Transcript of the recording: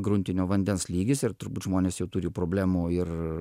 gruntinio vandens lygis ir turbūt žmonės jau turi problemų ir